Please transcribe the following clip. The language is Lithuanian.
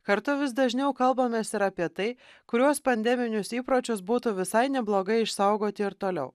kartu vis dažniau kalbamės ir apie tai kuriuos pandeminius įpročius būtų visai neblogai išsaugoti ir toliau